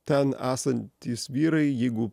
ten esantys vyrai jeigu